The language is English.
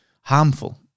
harmful